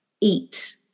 eat